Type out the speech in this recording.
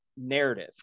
Narrative